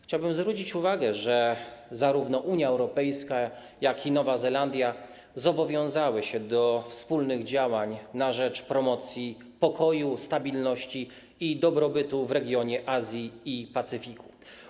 Chciałbym zwrócić uwagę, że zarówno Unia Europejska, jak i Nowa Zelandia zobowiązały się do wspólnych działań na rzecz promocji, pokoju, stabilności i dobrobytu w regionie Azji i Pacyfiku.